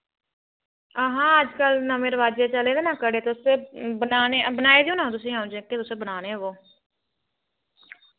हां हां अज्जकल नवें रवाजे दे चले दे ना कड़े तुस बनाने बनाई लेओ ना आऊं जेह्के तुसें बनाने होगो